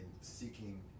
seeking